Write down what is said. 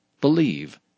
Believe